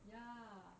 ya